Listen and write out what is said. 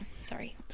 sorry